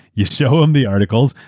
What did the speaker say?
you show him the articles,